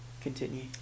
Continue